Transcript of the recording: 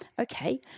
okay